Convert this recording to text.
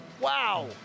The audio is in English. Wow